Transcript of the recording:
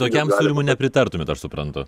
tokiam siūlymui nepritartumėt aš suprantu